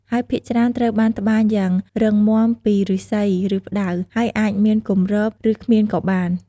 ហើយភាគច្រើនត្រូវបានត្បាញយ៉ាងរឹងមាំពីឫស្សី ឬផ្តៅ ហើយអាចមានគម្រប ឬគ្មានក៏បាន។